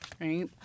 right